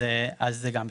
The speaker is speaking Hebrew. אז זה גם בסדר.